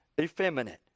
effeminate